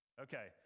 Okay